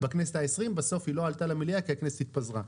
בכנסת ה-20 ובסוף היא לא עלתה למליאה כי הכנסת התפזרה.